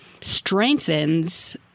strengthens